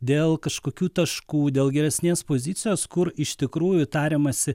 dėl kažkokių taškų dėl geresnės pozicijos kur iš tikrųjų tariamasi